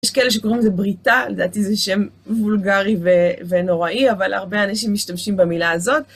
יש כאלה שקוראים לזה בריטל. לדעתי זה שם וולגרי ונוראי, אבל הרבה אנשים משתמשים במילה הזאת.